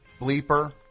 bleeper